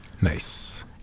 Nice